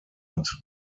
art